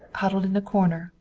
huddled in a corner,